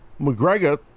McGregor